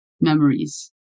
memories